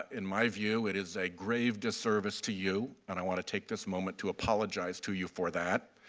in my view, it is a grave disservice to you, and i want to take this moment to apologize to you for that.